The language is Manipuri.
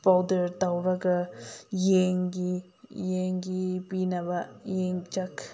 ꯄꯥꯎꯗꯔ ꯇꯧꯔꯒ ꯌꯦꯟꯒꯤ ꯌꯦꯟꯒꯤ ꯄꯤꯅꯕ ꯌꯦꯟ ꯆꯥꯛ